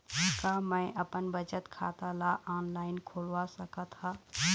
का मैं अपन बचत खाता ला ऑनलाइन खोलवा सकत ह?